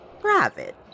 private